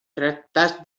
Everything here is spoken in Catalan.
tractats